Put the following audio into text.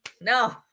no